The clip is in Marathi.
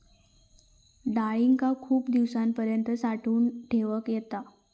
डाळींका खूप दिवसांपर्यंत साठवून ठेवक येता